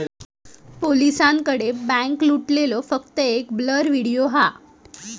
पोलिसांकडे बॅन्क लुटलेलो फक्त एक ब्लर व्हिडिओ हा